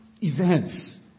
events